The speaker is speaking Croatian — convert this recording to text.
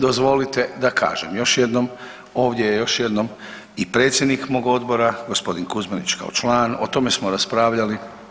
Dozvolite da kažem još jednom, ovdje je još jednom i predsjednik mog odbora gospodin Kuzmanić kao član, o tome smo raspravljali.